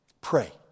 pray